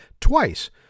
twice